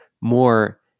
more